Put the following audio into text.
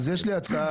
אז יש לי הצעה,